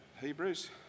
Hebrews